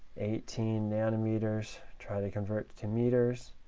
eighteen nanometers, try to convert to meters.